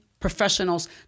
professionals